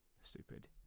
stupid